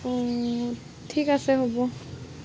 অঁ ঠিক আছে হ'ব